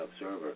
observer